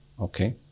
okay